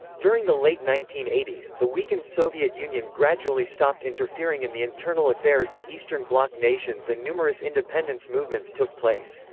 during the late nineteen eighty s, the weakened soviet union gradually stopped interfering in the internal affairs of eastern bloc nations and numerous independence movements took place.